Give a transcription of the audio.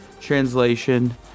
translation